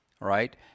right